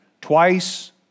twice